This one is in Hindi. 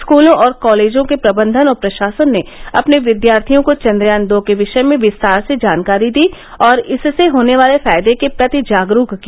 स्कूलों और कॉलेजों के प्रबंधन और प्रशासन ने अपने विद्यार्थियों को चन्द्रयान दो के विषय में विस्तार से जानकारी दी और इससे होने वाले फायर्दे के प्रति जागरूक किया